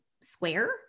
square